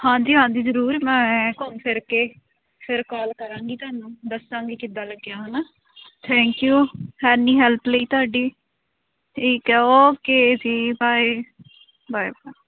ਹਾਂਜੀ ਹਾਂਜੀ ਜ਼ਰੂਰ ਮੈਂ ਘੁੰਮ ਫਿਰ ਕੇ ਫਿਰ ਕਾਲ ਕਰਾਂਗੀ ਤੁਹਾਨੂੰ ਦੱਸਾਂਗੀ ਕਿੱਦਾਂ ਲੱਗਿਆ ਹੈ ਨਾ ਥੈਂਕ ਯੂ ਇੰਨੀ ਹੈਲਪ ਲਈ ਤੁਹਾਡੀ ਠੀਕ ਹੈ ਓਕੇ ਜੀ ਬਾਏ ਬਾਏ ਬਾਏ